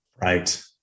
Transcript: Right